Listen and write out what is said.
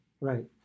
right